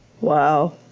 Wow